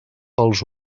els